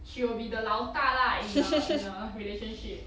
she will be the 老大 lah in the in the relationship